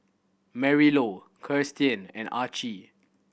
Marilou Kiersten and Archie